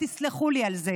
ותסלחו לי על זה,